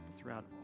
Throughout